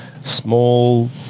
small